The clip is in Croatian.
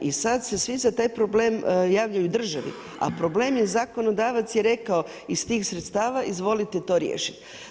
I sad se svi za taj problem javljaju državi, a problem je, zakonodavac je rekao iz tih sredstava izvolite to riješiti.